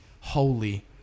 holy